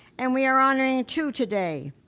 and we are honoring two today,